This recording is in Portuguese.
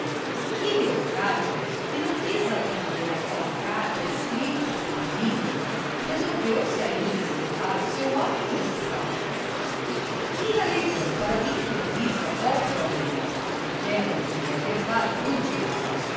leocádia que não quis atender àquela carta escrita por pombinha resolveu-se a ir visitar o seu homem no hospital que alegrão para o infeliz a volta da mulher aquela mulher levada dos diabos